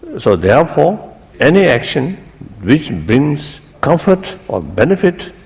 so therefore any action which brings comfort or benefit,